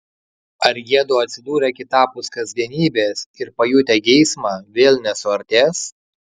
ar jiedu atsidūrę kitapus kasdienybės ir pajutę geismą vėl nesuartės